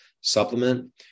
supplement